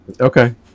Okay